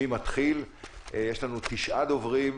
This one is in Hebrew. יש לנו תשעה דוברים,